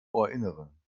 ohrinneren